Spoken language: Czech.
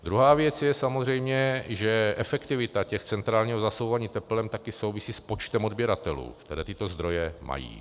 Druhá věc je samozřejmě, že efektivita centrálního zásobování teplem také souvisí s počtem odběratelů, které tyto zdroje mají.